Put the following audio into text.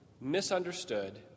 misunderstood